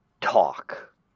talk